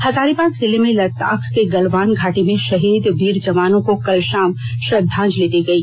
हजारीबाग जिले में लद्दाख के गलवान घाटी में शहीद वीर जवानों को कल शाम श्रद्वांजलि दी गई